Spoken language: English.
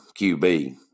QB